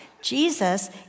Jesus